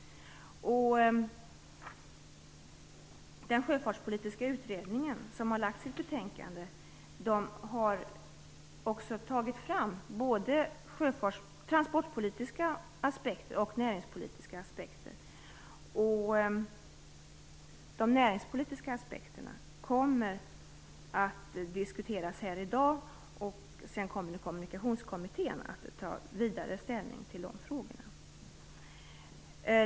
Den sjöfartspolitiska utredningen, som har lagt fram sitt betänkande, har också tagit fram både transportpolitiska och näringspolitiska aspekter. De näringspolitiska aspekterna kommer att diskuteras här i dag. Sedan kommer Kommunikationskommittén att ta ställning till frågorna.